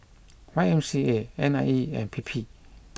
Y M C A N I E and P P